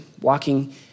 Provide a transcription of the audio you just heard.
walking